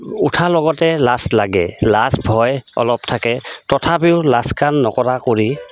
উঠাৰ লগতে লাজ লাগে লাজ ভয় অলপ থাকে তথাপিও লাজ কাণ নকৰা কৰি